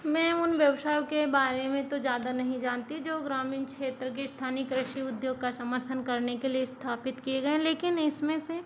मैं उन व्यवसायों के बारे मैं तो ज्यादा नहीं जानती जो ग्रामीण क्षेत्र के स्थानीय कृषि उद्योग का समर्थन करने के लिए स्थापित किए गए हैं लेकिन इसमें से